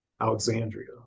Alexandria